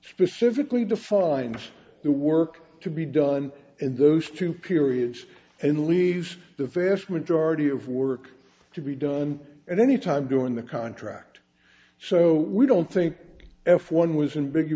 specifically defines the work to be done in those two periods and leaves the vast majority of work to be done at any time during the contract so we don't think f one was in big